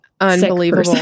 unbelievable